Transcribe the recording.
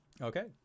Okay